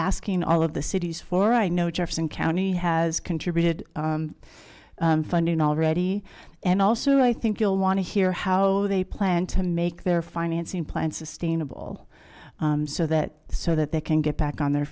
asking all of the cities for i know jefferson county has contributed funding already and also i think you'll want to hear how they plan to make their financing plan sustainable so that so that they can get back on their